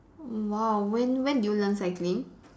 !wow! when when did you learn cycling